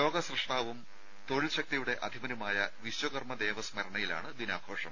ലോക സ്രഷ്ടാവും തൊഴിൽ ശക്തിയുടെ അധിപനുമായ വിശ്വകർമ്മ ദേവ സ്മരണയിലാണ് ദിനാഘോഷം